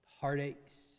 heartaches